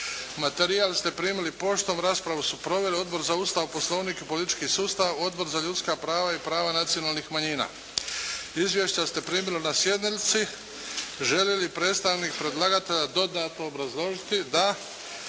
Materijal ste primili poštom. Raspravu su proveli Odbor za Ustav, Poslovnik i politički sustav, Odbor za ljudska prava i prava nacionalnih manjina. Izvješća ste primili na sjednici. Želi li predstavnik predlagatelja dodatno obrazložiti? Da.